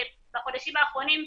בחודשים האחרונים,